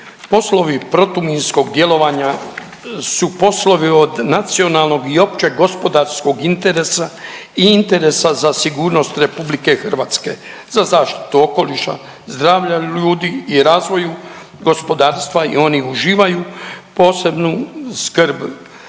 poslovni protuminskog djelovanja su poslovi od nacionalnog i općeg gospodarskog interesa i interesa za sigurnost RH, za zaštitu okoliša, zdravlja ljudi i razvoju gospodarstva i oni uživaju posebnu skrb